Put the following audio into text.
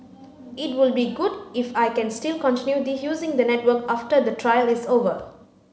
it would be good if I can still continue using the network after the trial is over